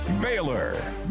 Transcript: Baylor